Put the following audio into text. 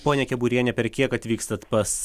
ponia keburiene per kiek atvykstat pas